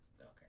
Okay